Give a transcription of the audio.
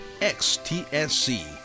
XTSC